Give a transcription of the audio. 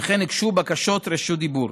וכן הוגשו בקשות רשות דיבור.